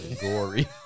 Gory